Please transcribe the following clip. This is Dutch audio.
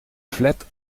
flat